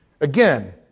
Again